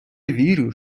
вірю